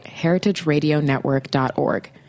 heritageradionetwork.org